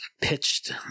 pitched